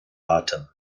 atem